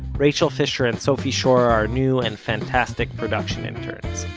rachel fisher and sophie schor are our new, and fantastic, production interns.